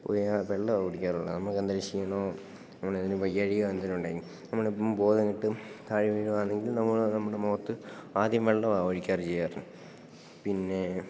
പോയാല് വെള്ളമാണു കുടിക്കാറുള്ളത് നമുക്കെന്തേലും ക്ഷീണമോ നമ്മളേതേലും വയ്യാഴികയോ എന്തേലുമുണ്ടെങ്കില് നമ്മളിപ്പോള് ബോധം കെട്ട് താഴെ വീഴുകയാണെങ്കിലും നമ്മള് നമ്മുടെ മുഖത്ത് ആദ്യം വെള്ളമാണ് ഒഴിക്കാറ് ചെയ്യാറ് പിന്നേ